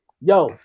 yo